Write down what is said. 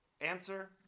Answer